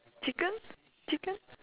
chicken chicken